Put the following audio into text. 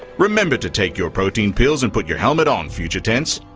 remember to take your protein pills and put your helmet on, future tense.